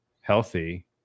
healthy